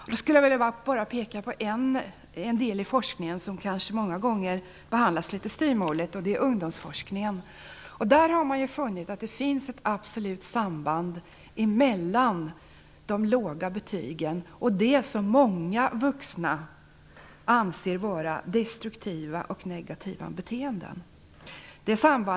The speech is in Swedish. Jag skulle vilja peka på en del av forskningen som många gånger kanske behandlas litet styvmoderligt, nämligen ungdomsforskningen. Man har funnit att det finns ett absolut samband mellan låga betyg och det som många vuxna anser vara destruktiva och negativa beteenden.